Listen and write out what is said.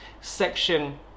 section